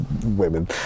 women